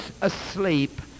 asleep